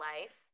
life